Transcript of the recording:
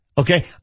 Okay